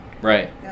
Right